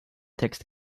text